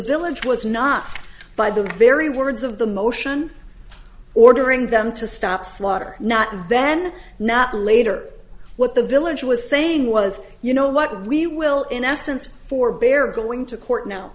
village was not by the very words of the motion ordering them to stop slaughter not then not later what the village was saying was you know what we will in essence forbear going to court now